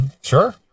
Sure